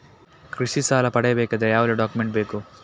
ಕೃಷಿ ಸಾಲ ಪಡೆಯಬೇಕಾದರೆ ಯಾವೆಲ್ಲ ಡಾಕ್ಯುಮೆಂಟ್ ಬೇಕು?